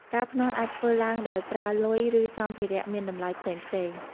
ការភ្នាល់អាចធ្វើឡើងដោយប្រើ លុយ ឬសម្ភារៈមានតម្លៃផ្សេងៗ។